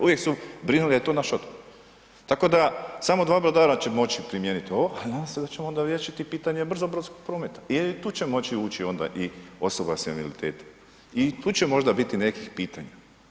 Uvijek su brinuli da je to naš otok, tako da samo dva brodara će moći primijeniti ovo, a nadam se da ćemo onda riješiti pitanje brzobrodskog prometa i to će moći ući onda i osoba s invaliditetom i tu će možda biti nekih pitanja.